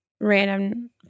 random